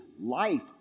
life